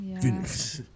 Finish